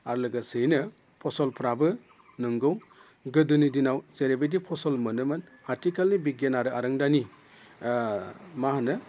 आरो लोगोसेयैनो फसलफ्राबो नंगौ गोदोनि दिनाव जेरैबायदि फसल मोनोमोन आथिखालनि बिगियान आरो आरोंदानि माहोनो